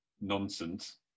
nonsense